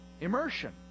immersion